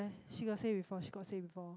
she got say before she got say before